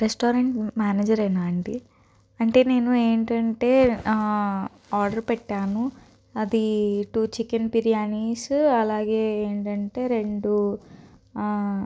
restaurant మేనేజరేనా అండి అంటే నేను ఏంటంటే ఆర్డర్ పెట్టాను అది టూ చికెన్ బిర్యానీస్ అలాగే ఏంటంటే రెండు